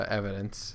evidence